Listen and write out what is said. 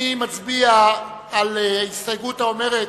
אני מצביע על ההסתייגות האומרת